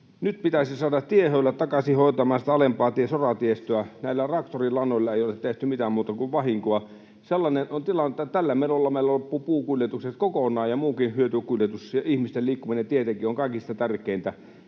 Nyt pitäisi saada tiehöylät takaisin hoitamaan sitä alempaa soratiestöä. Näillä traktorin lanoilla ei ole tehty mitään muuta kuin vahinkoa. Sellainen on tilanne, että tällä menolla meillä loppuvat puukuljetukset kokonaan ja muukin hyötykuljetus. Ja ihmisten liikkuminen tietenkin on kaikista tärkeintä,